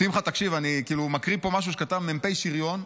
שמחה, תקשיב, אני מקריא פה משהו שכתב מ"פ שריון.